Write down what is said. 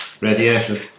Radiation